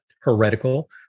heretical